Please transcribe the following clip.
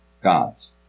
gods